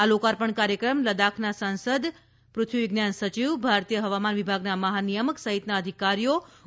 આ લોકાર્પણ કાર્યક્રમ લદ્દાખના સાંસદ પૃથ્વી વિજ્ઞાન સચિવ ભારતીય હવામાન વિભાગના મહાનિયામક સહિતના અધિકારીઓ ઉપસ્થિત રહ્યા હતા